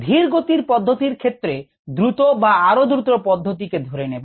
ধির গতির পধ্যতির ক্ষেত্রে দ্রুত বা আরও দ্রুত পধ্যতি কে ধরে নেব